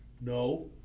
No